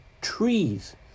trees